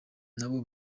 nabo